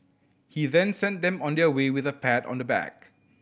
he then sent them on their way with a pat on the back